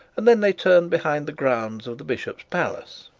and then they turned behind the grounds of the bishop's palace,